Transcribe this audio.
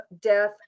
death